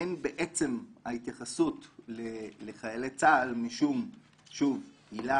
אין בעצם ההתייחסות לחיילי צה"ל משום עילה